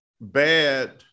bad